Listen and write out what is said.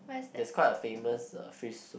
there's quite a famous uh fish soup